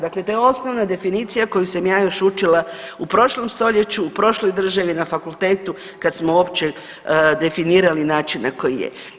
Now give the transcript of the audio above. Dakle, to je osnovna definicija koju sam ja još učila u prošlom stoljeću u prošloj državi, na fakultetu kad smo uopće definirali način na koji je.